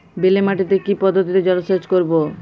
বেলে মাটিতে কি পদ্ধতিতে জলসেচ করব?